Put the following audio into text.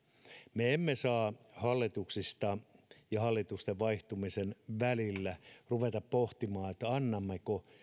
me emme saa hallituksissa ja hallitusten vaihtumisen välillä ruveta pohtimaan antaisimmeko